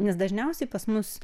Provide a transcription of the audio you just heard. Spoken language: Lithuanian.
nes dažniausiai pas mus